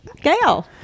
Gail